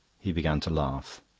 he began to laugh.